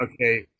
Okay